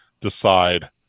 decide